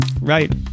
Right